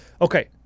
Okay